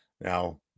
now